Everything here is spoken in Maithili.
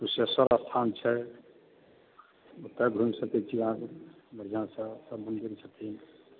कुशेश्वर स्थान छै ओतऽ घुमि सकै छी अहाँ बढ़िआँसँ सभ मन्दिर छथिन